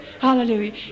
Hallelujah